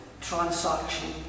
transaction